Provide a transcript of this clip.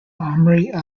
amory